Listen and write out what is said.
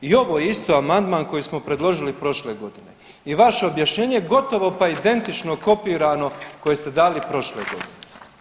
I ovo je isto amandman koji smo predložili prošle godine i vaše objašnjenje je gotovo pa identično kopirano koje ste dali prošle godine.